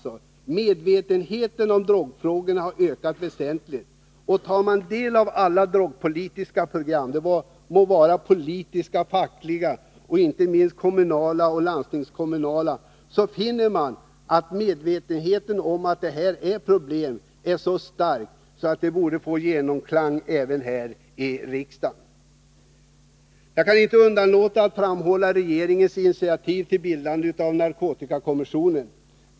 Medvetenheten i drogfrågorna har ökat väsentligt! Tar man del av alla de olika drogpolitiska programmen — politiska, fackliga och inte minst kommunala och landstingskommunala — finner man att medvetenheten om att det här är problem är så stark att den borde få genklang även här i riksdagen. Jag kan inte underlåta att framhålla regeringens initiativ till bildandet av narkotikakommissionen.